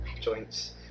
joints